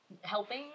helping